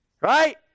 Right